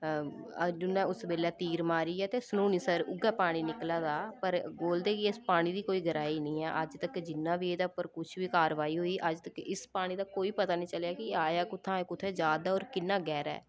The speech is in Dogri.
अर्जुन ने उस्स बेल्लै तीर मारियै ते सनूनीसर उयै पानी निकला दा पर बोलदे कि इस पानी दी कोई गैह्राई नेईं ऐ अज्ज तक जिन्नां बी एह्दे उप्पर कुछ बी कारवाई होई अज्ज तक इस पानी दा कोई पता नी चलेआ कि एह् आया कुत्थुंआं एह् कुत्थै जा'रदा होर किन्ना गैह्रा ऐ